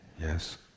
yes